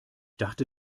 dachte